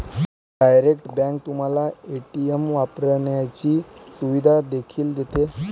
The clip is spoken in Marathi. डायरेक्ट बँक तुम्हाला ए.टी.एम वापरण्याची सुविधा देखील देते